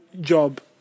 job